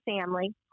family